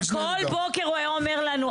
כל בוקר הוא היה אומר לנו,